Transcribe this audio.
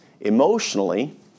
emotionally